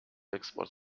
export